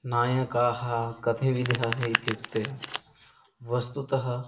नायकाः कति विधाः इत्युक्ते वस्तुतः